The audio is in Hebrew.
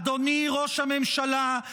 אדוני ראש הממשלה,